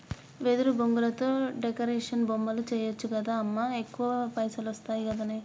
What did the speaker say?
వెదురు బొంగులతో డెకరేషన్ బొమ్మలు చేయచ్చు గదా అమ్మా ఎక్కువ పైసలొస్తయి గదనే